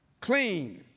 clean